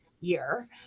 year